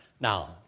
Now